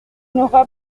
n’aura